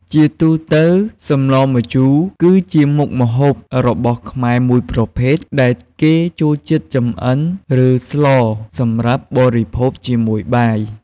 ជាទូទៅសម្លម្ជូរគឺជាមុខម្ហូបរបស់ខ្មែរមួយប្រភេទដែលគេចូលចិត្តចម្អិនឬស្លសម្រាប់បរិភោគជាមួយបាយ។